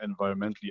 environmentally